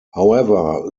however